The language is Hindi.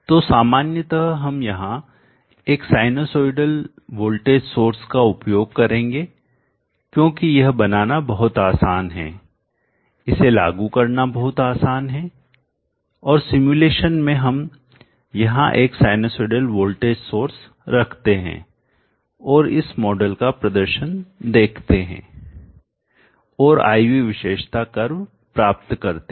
तो सामान्यतः हम यहां एक sinusoidal वोल्टेज सोर्स का उपयोग करेंगे क्योंकि यह बनाना बहुत आसान है इसे लागू करना बहुत आसान है और सिमुलेशन में हम यहां एक sinusoidal वोल्टेज सोर्स रखते हैं और इस मॉडल का प्रदर्शन देखते हैं और I V विशेषता कर्व प्राप्त करते हैं